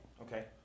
Okay